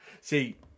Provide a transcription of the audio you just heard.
See